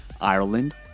Ireland